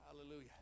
Hallelujah